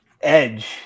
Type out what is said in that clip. Edge